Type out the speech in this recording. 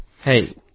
Hey